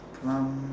plum